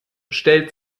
stellt